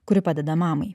kuri padeda mamai